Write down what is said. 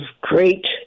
great